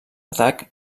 atac